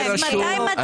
גפני, אז מתי מצביעים?